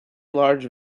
large